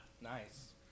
Nice